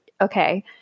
okay